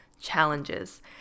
challenges